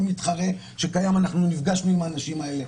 מתחרה שקיים אנחנו נפגשנו עם האנשים האלה